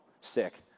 Sick